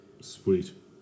sweet